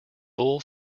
bull